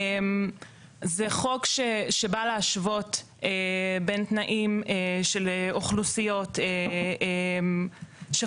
זה חוק שבא להשוות בין תנאים של אוכלוסיות שחורג